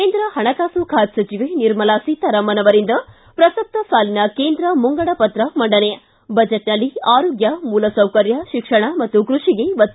ಕೇಂದ್ರ ಹಣಕಾಸು ಖಾತೆ ಸಚಿವೆ ನಿರ್ಮಲಾ ಸೀತಾರಾಮನ್ ಅವರಿಂದ ಪ್ರಸಕ್ತ ಸಾಲಿನ ಕೇಂದ್ರ ಮುಂಗಡ ಪತ್ರ ಮಂಡನೆ ಬಜೆಟ್ನಲ್ಲಿ ಆರೋಗ್ಯ ಮೂಲಸೌಕರ್ಯ ಶಿಕ್ಷಣ ಮತ್ತು ಕೃಷಿಗೆ ಒತ್ತು